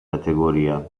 categoria